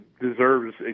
deserves